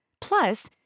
Plus